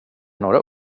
några